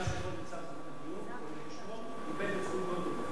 מי שלא נמצא איבד את זכותו לדבר,